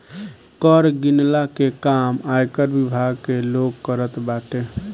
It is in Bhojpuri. कर गिनला ले काम आयकर विभाग के लोग करत बाटे